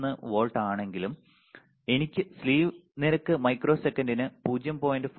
63 volt ആണെങ്കിലും എന്റെ slew നിരക്ക് മൈക്രോസെക്കന്റിന് 0